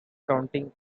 counting